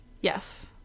yes